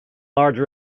large